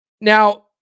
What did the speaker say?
Now